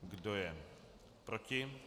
Kdo je proti?